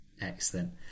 Excellent